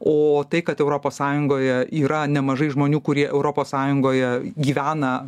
o tai kad europos sąjungoje yra nemažai žmonių kurie europos sąjungoje gyvena